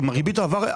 עם הריבית העבר,